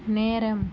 நேரம்